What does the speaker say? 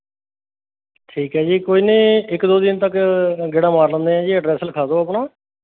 ਠੀਕ ਹੈ ਜੀ ਕੋਈ ਨਹੀਂ ਇੱਕ ਦੋ ਦਿਨ ਤੱਕ ਗੇੜਾ ਮਾਰ ਲੈਂਦੇ ਹੈ ਜੀ ਐਡਰੈੱਸ ਲਿਖਾ ਦਿਉ ਆਪਣਾ